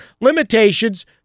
Limitations